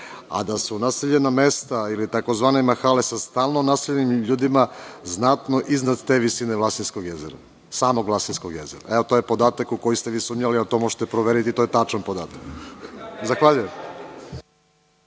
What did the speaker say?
a da su naseljena mesta ili tzv. mahale, sa stalno naseljenim ljudima znatno iznad te visine Vlasinskog jezera, samog Vlasinskog jezera. To je podatak u koji ste vi sumnjali, to možete proveriti, to je tačan podatak. Zahvaljujem.